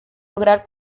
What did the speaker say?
lograr